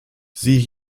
sieh